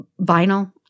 vinyl